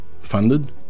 funded